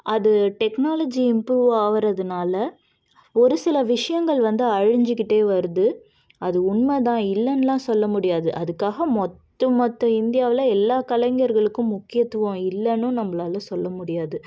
அது technology improve ஆகறதுனால ஒரு சில விஷயங்கள் வந்து அழிஞ்சுக்கிட்டே வருது அது உண்மை தான் இல்லைன்லாம் சொல்ல முடியாது அதுக்காக மொத்த மொத்த இந்தியாவில் எல்லா கலைஞர்களுக்கும் முக்கியத்துவம் இல்லைன்னும் நம்பளால் சொல்ல முடியாது